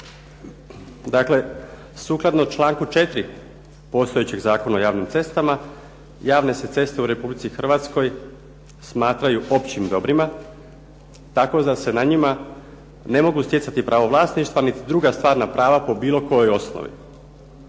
Dakle, sukladno članku 4. postojećeg Zakona o javnim cestama, javne se ceste u RH smatraju općim dobrima tako da se na njima ne mogu stjecati pravo vlasništva niti druga stvarna prava po bilo kojoj osnovi.